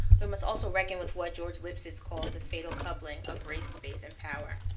we must also reckon with what george lipsitz calls the fatal coupling of race, space, and power.